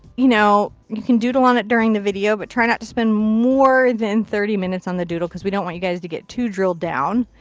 you know, you can doodle on it during the video but try not to spend more than thirty minutes on the doodle because we don't want you guys to get drilled down.